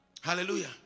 Hallelujah